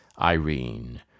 Irene